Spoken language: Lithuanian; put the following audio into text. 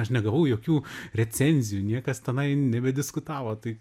aš negavau jokių recenzijų niekas tenai nebediskutavo tai